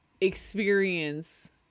experience